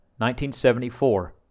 1974